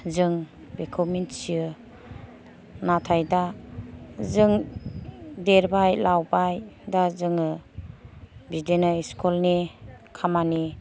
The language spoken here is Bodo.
जों बेखौ मिथियो नाथाय दा जों देरबाय लावबाय दा जोङो बिदिनो स्कुल नि खामानि